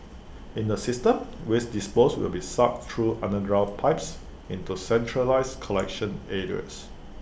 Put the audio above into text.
in the system waste disposed will be sucked through underground pipes into centralised collection areas